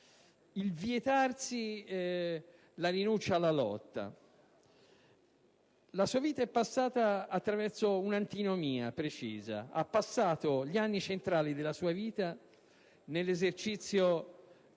il vietarsi la rinuncia alla lotta. La sua vita è passata attraverso un'antinomia precisa. Ha passato gli anni centrali nell'esercizio